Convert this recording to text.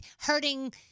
hurting